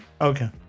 okay